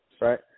right